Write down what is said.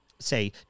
say